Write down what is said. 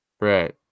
Right